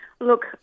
Look